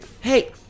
Hey